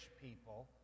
people